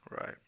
Right